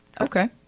Okay